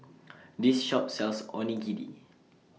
This Shop sells Onigiri